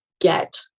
get